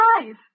alive